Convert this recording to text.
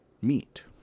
meet